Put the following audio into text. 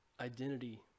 Identity